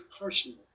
personal